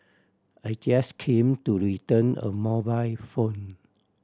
I just came to return a mobile phone